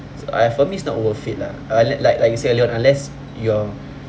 so I for me it's not worth it lah I like like like you said earlier unless you're